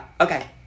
Okay